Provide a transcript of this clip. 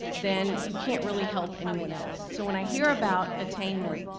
then you can't really help anyone else. so when i hear about attainment,